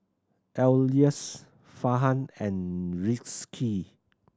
Elyas Farhan and Rizqi